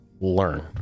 learn